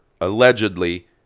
allegedly